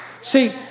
See